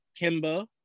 Kimba